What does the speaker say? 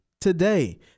today